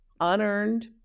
unearned